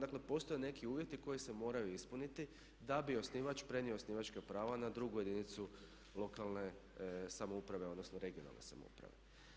Dakle, postoje neki uvjeti koji se moraju ispuniti da bi osnivač prenio osnivačka prava na drugu jedinicu lokalne samouprave, odnosno regionalne samouprave.